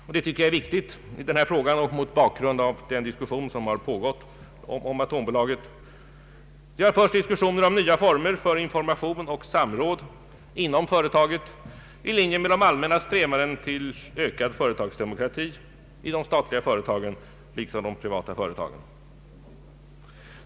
Jag tycker också att det är viktigt — mot bakgrund av den debatt som ägt rum — att framhålla att det har förts diskussioner om nya former för information och samråd inom företaget, i linje med de allmänna strävandena mot ökad företagsdemokrati i de statliga liksom i de privata företagen.